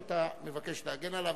שאתה מבקש להגן עליו,